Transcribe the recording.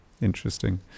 interesting